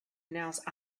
announce